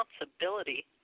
responsibility